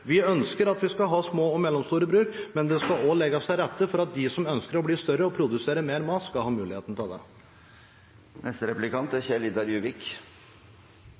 Vi ønsker at vi skal ha små og mellomstore bruk, men det skal også legges til rette for at de som ønsker å bli større og produsere mer mat, skal ha muligheten til det.